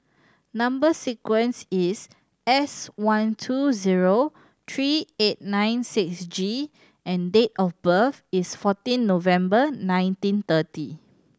number sequence is S one two zero three eight nine six G and date of birth is fourteen November nineteen thirty